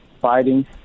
fighting